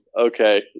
Okay